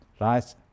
right